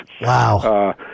Wow